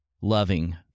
loving